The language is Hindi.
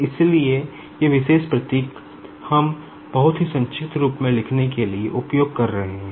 इसलिए ये विशेष प्रतीक हम बहुत ही संक्षिप्त रूप में लिखने के लिए उपयोग कर रहे हैं